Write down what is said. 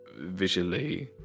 visually